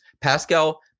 Pascal